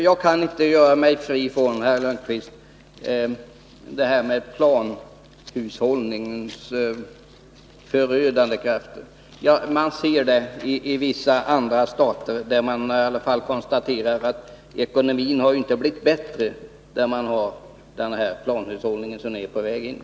Jag kan inte göra mig fri från, herr Lundkvist, planhushållningens förödande verkan. Man kan se den i vissa andra stater. Man kan konstatera att ekonomin inte har blivit bättre där man har den planhushållning som er politik skulle föra oss in i.